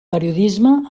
periodisme